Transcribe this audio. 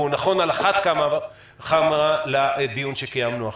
והוא נכון על אחת כמה וכמה לדיון שקיימנו עכשיו.